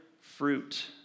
fruit